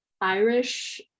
Irish